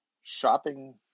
shopping